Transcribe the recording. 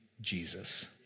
Jesus